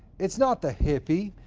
it's not the hippie,